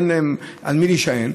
אין להם על מי להישען.